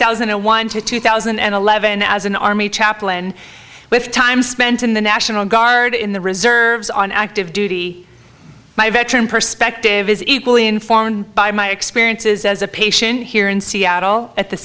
thousand and one to two thousand and eleven as an army chaplain with time spent in the national guard in the reserves on active duty my veteran perspective is equally informed by my experiences as a patient here in